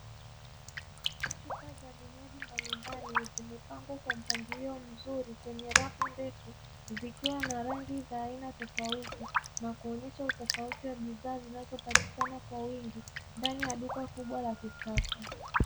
Chupa za vinywaji mbalimbali zimepangwa kwa mpangilio mzuri kwenye rafu ndefu, zikiwa na rangi za aina tofauti, na kuonyesha utofauti wa bidhaa zinazopatikana kwa wingi ndani ya duka kubwa la kisasa.